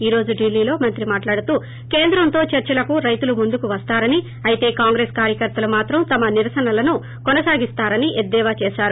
ఈ రోజు ఢిల్లీలో మంత్రి మాటలాడుతూ కేంద్రంతో చర్సలకు రైతులు ముందుకు వస్తారని అయితే కాంగ్రెస్ కార్యకర్తలు మాత్రం తమ నిరసనలను కొనసాగిస్తారని ఎద్దేవా చేసారు